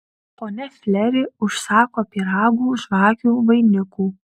ponia fleri užsako pyragų žvakių vainikų